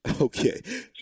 Okay